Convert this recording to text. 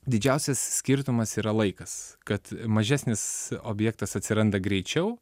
didžiausias skirtumas yra laikas kad mažesnis objektas atsiranda greičiau